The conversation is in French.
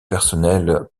personnels